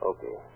Okay